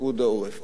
פיקוד העורף.